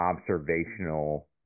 observational